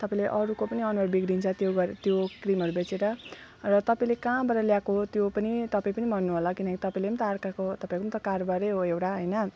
तपाईँले अरूको पनि अनुहार बिग्रन्छ त्यो गऱ्यो त्यो क्रिमहरू बेचेर र तपाईँले कहाँबाट ल्याएको हो त्यो पनि तपाईँ पनि भन्नु होला किनकि तपाईँले त अर्काको तपाईँको त कारबार हो एउटा होइन